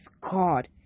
god